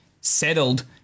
settled